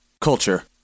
Culture